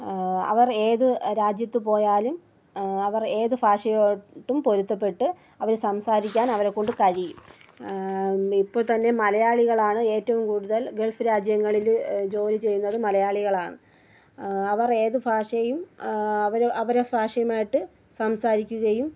അവർ ഏത് രാജ്യത്ത് പോയാലും അവർ ഏത് ഭാഷയോടും പൊരുത്തപ്പെട്ട് അവർ സംസാരിക്കാൻ അവരെക്കൊണ്ട് കഴിയും ഇപ്പോൾ തന്നെ മലയാളികളാണ് ഏറ്റവും കൂടുതൽ ഗൾഫ് രാജ്യങ്ങളിൽ ജോലി ചെയ്യുന്നത് മലയാളികളാണ് അവർ ഏത് ഭാഷയും അവർ അവർ ഭാഷയുമായിട്ട് സംസാരിക്കുകയും